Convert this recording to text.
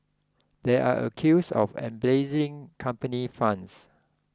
they are accused of embezzling company funds